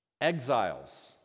exiles